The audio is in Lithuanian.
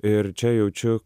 ir čia jaučiu